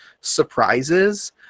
surprises